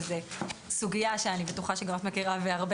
וזאת סוגייה שאני בטוחה שגם את מכירה והרבה